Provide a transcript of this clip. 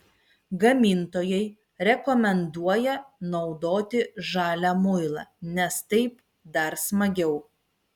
gamintojai rekomenduoja naudoti žalią muilą nes taip dar smagiau